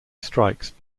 strikes